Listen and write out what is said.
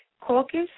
Caucus